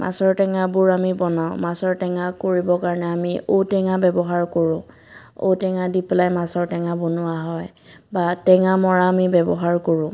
মাছৰ টেঙাবোৰ আমি বনাওঁ মাছৰ টেঙা কৰিবৰ কাৰণে আমি ঔটেঙা ব্যৱহাৰ কৰোঁ ঔটেঙা দি পেলাই মাছৰ টেঙা বনোৱা হয় বা টেঙামৰা আমি ব্যৱহাৰ কৰোঁ